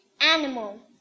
animal